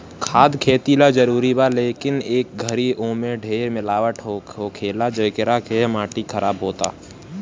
खाद खेती ला जरूरी बा, लेकिन ए घरी ओमे ढेर मिलावट होखेला, जेकरा से माटी खराब होता